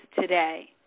today